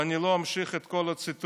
ואני לא אמשיך את כל הציטוט.